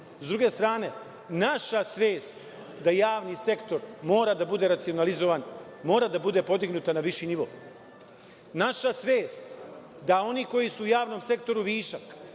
druge strane, naša svest da javni sektor mora da bude racionalizovan mora da bude podignuta na viši nivo. Naša svest da oni koji su u javnom sektoru višak